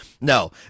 No